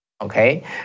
okay